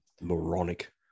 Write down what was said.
moronic